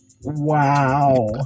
Wow